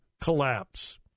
collapse